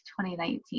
2019